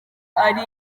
ari